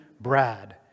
Brad